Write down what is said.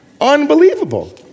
Unbelievable